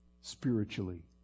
spiritually